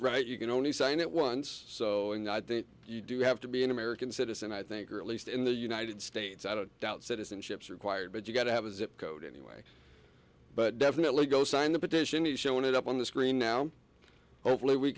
right you can only sign it once so i think you do have to be an american citizen i think or at least in the united states i don't doubt citizenship required but you've got to have a zip code anyway but definitely go sign the petition has shown it up on the screen now overly we